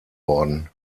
worden